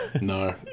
no